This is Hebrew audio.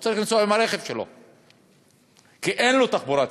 הוא צריך לנסוע עם הרכב שלו כי אין לו תחבורה ציבורית.